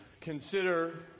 consider